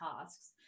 tasks